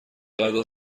غذا